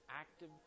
active